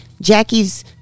Jackie's